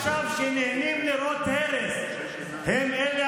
שילך להיות חבר כנסת בפלסטין, למה בישראל.